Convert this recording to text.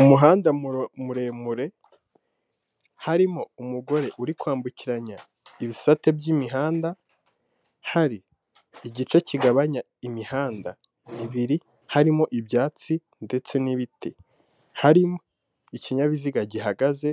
Umuhanda muremure, harimo umugore uri kwambukiranya ibisate by'imihanda, hari igice kigabanya imihanda ibiri, harimo ibyatsi ndetse n'ibiti, harimo ikinyabiziga gihagaze